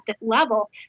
level